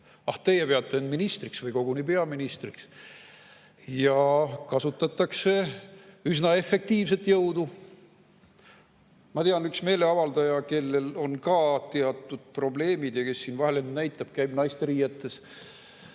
teie peate end ministriks või koguni peaministriks?" Ja kasutatakse üsna efektiivselt jõudu. Ma tean, et üks meeleavaldaja, kellel on ka teatud probleemid, siin vahel end näitab, ta käib naisteriietes,